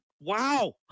Wow